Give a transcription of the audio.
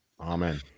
Amen